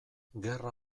gerra